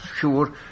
sure